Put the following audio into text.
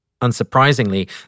Unsurprisingly